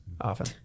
Often